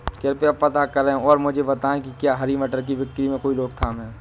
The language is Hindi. कृपया पता करें और मुझे बताएं कि क्या हरी मटर की बिक्री में कोई रोकथाम है?